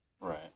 Right